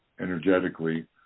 energetically